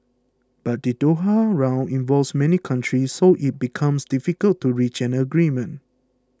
but the Doha Round involves many countries so it becomes difficult to reach an agreement